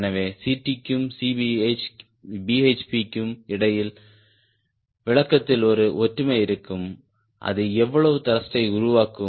எனவே Ct க்கும் Cbhp க்கும் இடையில் விளக்கத்தில் ஒரு ஒற்றுமை இருக்கும் அது எவ்வளவு த்ருஷ்ட்டை உருவாக்கும்